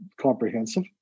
comprehensive